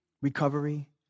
recovery